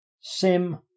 Sim